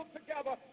together